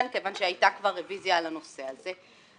כיוון שהייתה כבר רביזיה על הנושא הזה.